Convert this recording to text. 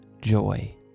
joy